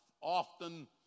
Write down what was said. Often